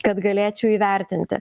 kad galėčiau įvertinti